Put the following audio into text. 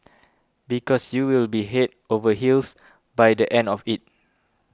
because you will be head over heels by the end of it